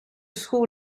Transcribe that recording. schoor